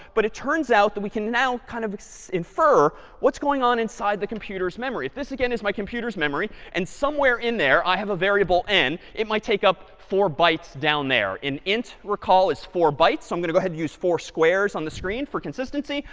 but it turns out that we can now kind of infer what's going on inside the computer's memory. if this again is my computer's memory and somewhere in there i have a variable n, it might take up four bytes down there. an int recall is four bytes so i'm going to go ahead and use four squares on the screen. for consistency,